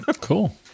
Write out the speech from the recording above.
Cool